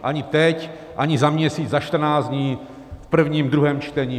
Ani teď, ani za měsíc, ani za čtrnáct dní, v prvním, druhém čtení.